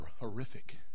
horrific